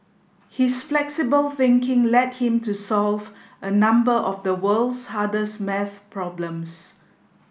his flexible thinking led him to solve a number of the world's hardest maths problems